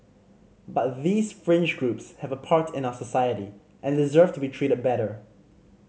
but these fringe groups have a part in our society and deserve to be treated better